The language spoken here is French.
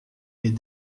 est